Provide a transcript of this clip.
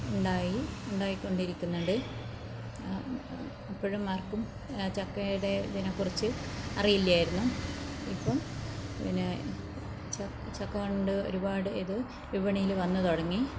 ഉണ്ടായി ഉണ്ടായിക്കൊണ്ടിരിക്കുന്നുണ്ട് ഇപ്പോഴും ആർക്കും ചക്കയുടെ ഇതിനെക്കുറിച്ച് അറിയില്ലായിരുന്നു ഇപ്പം പിന്നെ ചക്കകൊണ്ട് ഒരുപാട് ഇത് വിപണിയിൽ വന്നു തുടങ്ങി